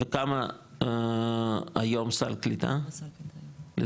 וכמה היום סל קליטה לזוג?